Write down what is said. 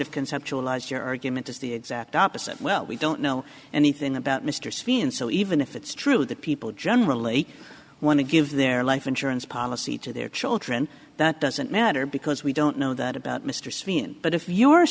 of conceptualize your argument is the exact opposite well we don't know anything about mr spin so even if it's true that people generally want to give their life insurance policy to their children that doesn't matter because we don't know that about mr spin but if you are